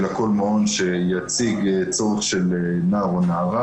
אלא כל מעון שיציג צורך של נער או נערה